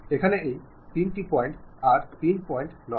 এখানে এই তিনটি পয়েন্ট আর তিন পয়েন্ট নয়